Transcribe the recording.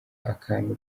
akantu